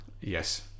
Yes